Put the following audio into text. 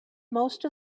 most